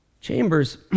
Chambers